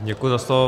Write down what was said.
Děkuji za slovo.